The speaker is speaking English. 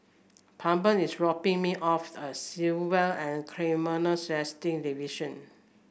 Plummer is dropping me off at Civil and Criminal Justice Division